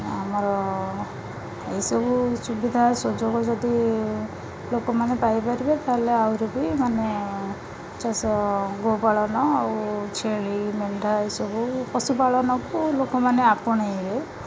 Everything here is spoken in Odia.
ଆମର ଏହିସବୁ ସୁବିଧା ସୁଯୋଗ ଯଦି ଲୋକମାନେ ପାଇପାରିବେ ତା'ହେଲେ ଆହୁରି ବି ମାନେ ଚାଷ ଗୋପାଳନ ଆଉ ଛେଳି ମେଣ୍ଢା ଏସବୁ ପଶୁପାଳନକୁ ଲୋକମାନେ ଆପଣାଇବେ